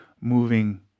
moving